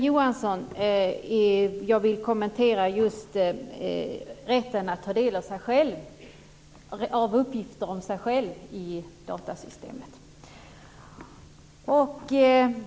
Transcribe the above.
Jag vill kommentera frågan om rätten att ta del av uppgifter om sig själv i datasystemet.